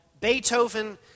Beethoven